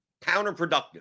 counterproductive